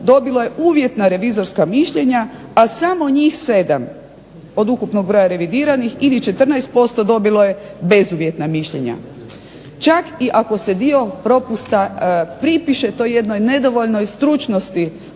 dobilo je uvjetna revizorska mišljenja, a samo njih 7 od ukupnog broja revidiranih ili 14% dobilo je bezuvjetna mišljenja. Čak ako se dio propusta pripiše toj jednoj nedovoljnoj stručnosti